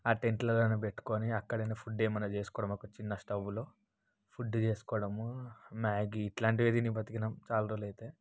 ఆ టెంట్లలోనే పెట్టుకొని అక్కడనే ఫుడ్ ఏమన్నా చేసుకోవడం ఒక చిన్న స్టవ్లో ఫుడ్డు చేసుకోవడము మ్యాగీ ఇట్లాంటివే తిని బ్రతికినాం చాలా రోజులు అయితే